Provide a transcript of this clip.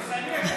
כשתסיימי,